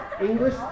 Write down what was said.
English